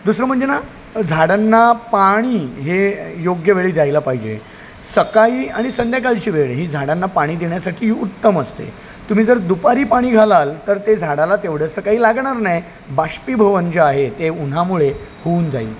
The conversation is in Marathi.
दुसरं म्हणजे ना झाडांना पाणी हे योग्य वेळी द्यायला पाहिजे सकाळी आणि संध्याकाळची वेळ ही झाडांना पाणी देण्यासाठी उत्तम असते तुम्ही जर दुपारी पाणी घालाल तर ते झाडाला तेवढंसं काही लागणार नाही बाष्पीभवन जे आहे ते उन्हामुळे होऊन जाईल